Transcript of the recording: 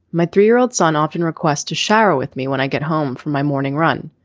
my three year old son often requests to share with me when i get home from my morning run.